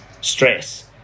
stress